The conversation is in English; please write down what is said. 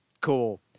Cool